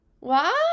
Wow